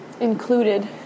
included